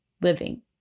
living